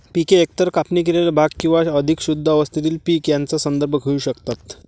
पिके एकतर कापणी केलेले भाग किंवा अधिक शुद्ध अवस्थेतील पीक यांचा संदर्भ घेऊ शकतात